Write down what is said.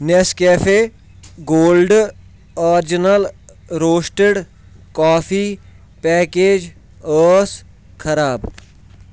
Nescafé gold original roasted coffee package ٲس خراب